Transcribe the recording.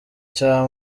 cya